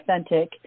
authentic